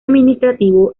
administrativo